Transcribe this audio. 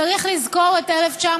צריך לזכור את 1981,